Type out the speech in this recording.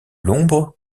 l’ombre